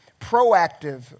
proactive